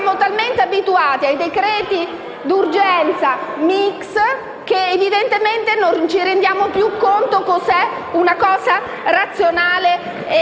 Siamo talmente abituati ai decreti d'urgenza *mix,* che evidentemente non ci rendiamo più conto di cosa sia razionale e